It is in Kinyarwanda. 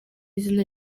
izina